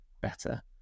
better